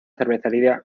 cervecería